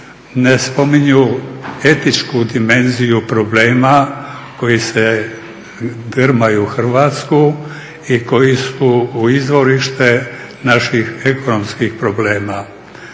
ne spominju etičku dimenziju problema koji drmaju Hrvatsku i koji su izvorište naših ekonomskih problema.